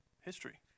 history